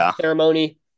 ceremony